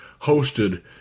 hosted